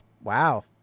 Wow